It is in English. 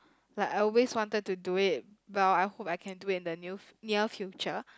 like I always wanted to do it well I hope I can do in the near near future